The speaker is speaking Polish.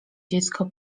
dziecko